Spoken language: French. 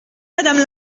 madame